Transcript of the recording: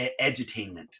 edutainment